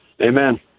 Amen